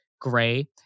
gray